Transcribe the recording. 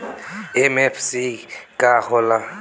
MFC का होला?